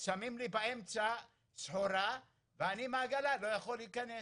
שמים לי באמצע סחורה ואני עם העגלה לא יכול להיכנס,